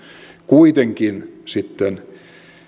kuitenkin